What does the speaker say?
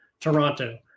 Toronto